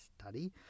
Study